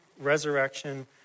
resurrection